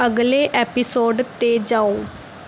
ਅਗਲੇ ਐਪੀਸੋਡ 'ਤੇ ਜਾਓ